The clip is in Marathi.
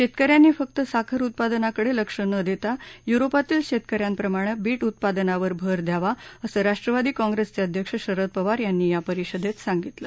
शेतक यांनी फक्त साखर उत्पादनाकडे लक्ष न देता युरोपातील शेतक यांप्रमाणे बीट उत्पादनावर भर द्यावा असं राष्ट्रवादी काँग्रेसचे अध्यक्ष शरद पवार यांनी या परिषदेत सांगितलं